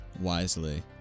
wisely